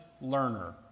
learner